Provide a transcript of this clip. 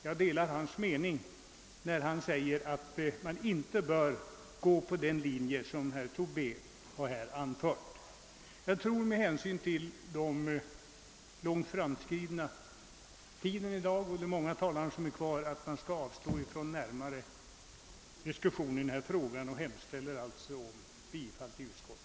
Jag delar hans mening att man inte bör gå på herr Tobés linje. Herr talman! Med hänsyn till den långt framskridna tiden och de många talare som återstår skall jag inte argumentera ytterligare i frågan utan yrkar nu bifall till utskottets hemställan.